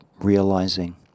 realizing